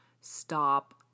stop